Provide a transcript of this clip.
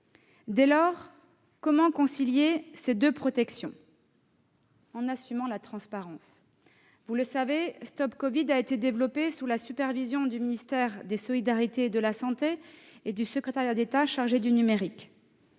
vie privée. Pour concilier ces deux protections, il faut assumer la transparence. Vous le savez, StopCovid a été développé sous la supervision du ministère des solidarités et de la santé et du secrétariat d'État chargé du numérique.